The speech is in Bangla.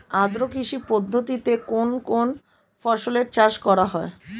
আদ্র কৃষি পদ্ধতিতে কোন কোন ফসলের চাষ করা হয়?